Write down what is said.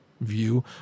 view